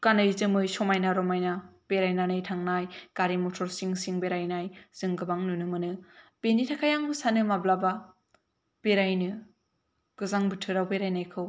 गानै जोमै समायना रमायना बेरायनानै थांनाय गारि मटर सिं सिं बेरायनाय जों गोबां नुनो मोनो बेनि थाखाय आं सानो माब्लाबा बेरायनो गोजां बोथोराव बेरायनायखौ